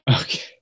Okay